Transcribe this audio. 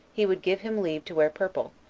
he would give him leave to wear purple,